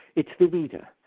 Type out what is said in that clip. it's the reader.